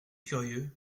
curieux